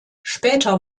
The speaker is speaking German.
später